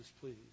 please